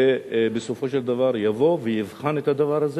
שבסופו של דבר יבוא ויבחן את הדבר הזה